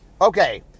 Okay